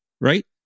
right